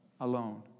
alone